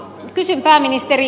kysyn pääministeri